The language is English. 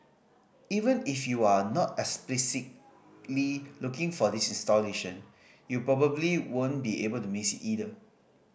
even if you are not explicitly looking for this installation you probably won't be able to miss it either